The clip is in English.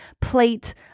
plate